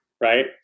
right